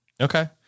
Okay